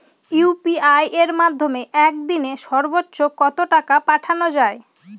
UPI এর মাধ্যমে এক দিনে সর্বচ্চ কত টাকা পাঠানো যায়?